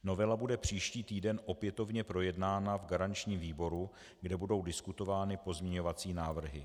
Novela bude příští týden opětovně projednána v garančním výboru, kde budou diskutovány pozměňovací návrhy.